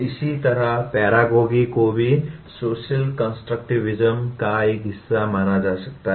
इसी तरह पैरागोगी को भी सोशल कंस्ट्रक्टिविज़्म का एक हिस्सा माना जा सकता है